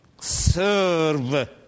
serve